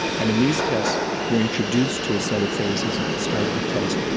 and in these tests you're introduced to a set of faces at the start of the test,